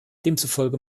demzufolge